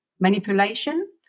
manipulation